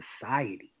society